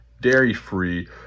dairy-free